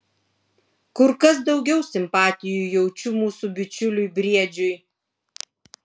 kur kas daugiau simpatijų jaučiu mūsų bičiuliui briedžiui